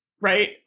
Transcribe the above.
right